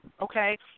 Okay